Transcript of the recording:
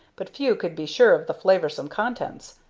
but few could be sure of the flavorsome contents,